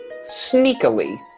sneakily